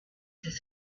his